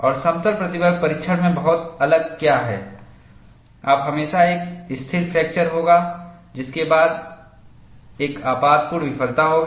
और समतल प्रतिबल परीक्षण में बहुत अलग क्या है आप हमेशा एक स्थिर फ्रैक्चर होगा जिसके बाद एक आपातपूर्ण विफलता होगी